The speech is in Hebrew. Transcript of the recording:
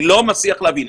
אני לא מצליח להבין,